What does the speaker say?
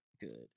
good